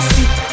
See